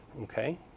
Okay